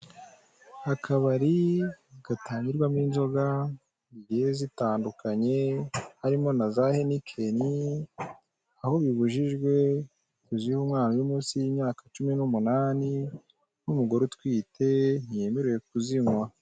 Akabari gatangirwama inzoga zigiye zitandukanye harimo na za Heineken, aho bibujijwe kuziha umwana uri munsi y'imyaka cumi n'umunani n'umugore utwite ntiyemerewe kuzinywa.